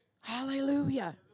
Hallelujah